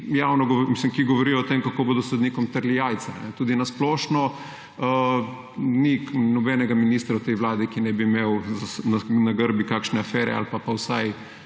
ki govorijo o tem, kako bodo sodnikom trli jajca. Tudi na splošno ni nobenega ministra v tej vladi, ki ne bi imel na grbi kakšne afere ali pa vsaj